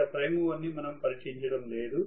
ఇక్కడ prime mover ని మనం పరీక్షించడం లేదు